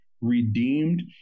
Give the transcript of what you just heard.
redeemed